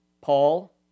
Paul